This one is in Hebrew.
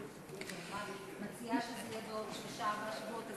אני מציעה שזה יהיה בעוד שלושה-ארבעה שבועות,